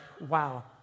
wow